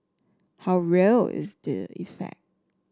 how real is the effect